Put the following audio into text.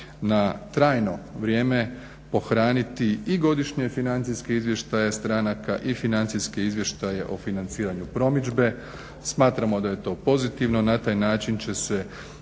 na trajno vrijeme pohraniti i godišnji financijski izvještaj od stranaka i financijske izvještaje o financiranju promidžbe. Smatramo da je to pozitivno. Na taj način će se